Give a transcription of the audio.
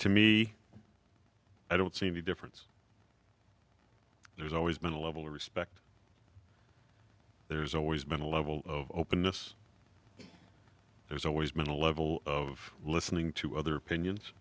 to me i don't see any difference there's always been a level of respect there's always been a level of openness there's always been a level of listening to other opinions